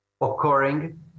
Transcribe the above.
occurring